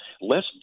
less